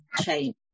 change